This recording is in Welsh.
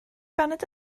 baned